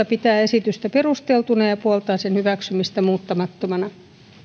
pitää esitystä perusteltuna ja ja puoltaa sen hyväksymistä muuttamattomana